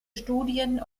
studien